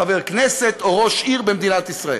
חבר הכנסת או ראש עיר במדינת ישראל.